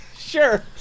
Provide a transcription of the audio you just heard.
Sure